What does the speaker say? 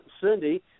Cindy